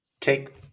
take